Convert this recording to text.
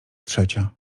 trzecia